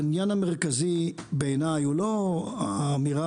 העניין המרכזי בעיניי הוא לא האמירה